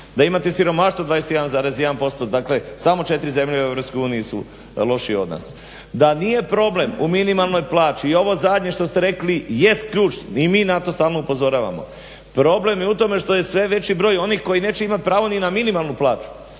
da imate siromaštvo 21,1%, dakle samo 4 zemlje u EU su lošije od nas. Da nije problem u minimalnoj plaći i ovo zadnje što ste rekli jest ključ i mi na to stalno upozoravamo, problem je u tome što je sve veći broj onih koji neće imati pravo ni na minimalnu plaću